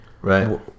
Right